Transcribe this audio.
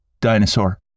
dinosaur